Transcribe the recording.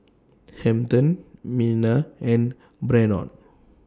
Hampton Minna and Brannon